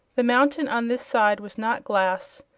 the mountain on this side was not glass,